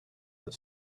that